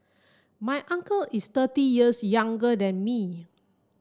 my uncle is thirty years younger than me